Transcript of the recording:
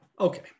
okay